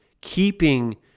keeping